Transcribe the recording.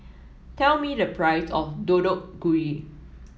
tell me the price of Deodeok Gui